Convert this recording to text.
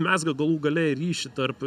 mezga galų gale ryšį tarp